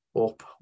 up